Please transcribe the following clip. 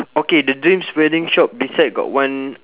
okay the dreams wedding shop besides got one